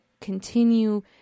continue